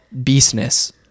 beastness